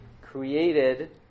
created